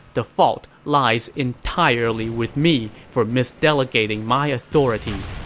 the fault lies entirely with me for mis-delegating my authority.